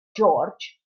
george